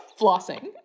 flossing